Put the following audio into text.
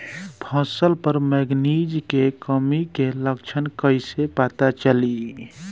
फसल पर मैगनीज के कमी के लक्षण कईसे पता चली?